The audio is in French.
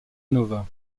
nova